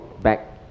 back